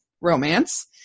romance